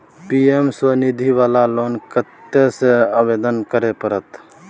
PM Svanidhi वाला loan कत्ते से आवेदन करे परतै?